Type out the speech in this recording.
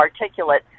articulate